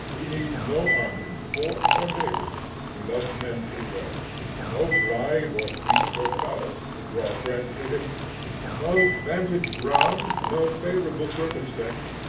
he needs no army, fort, or navy he loves men too well no bribe, or feast, or palace, to draw friends to him no vantage ground, no favorable circumstance.